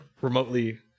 remotely